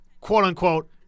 quote-unquote